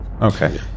Okay